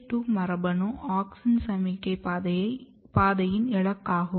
IAA2 மரபணு auxin சமிக்ஞை பாதையின் இலக்காகும்